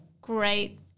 great